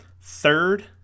third